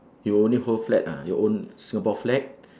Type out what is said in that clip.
you only hold flag ah your own singapore flag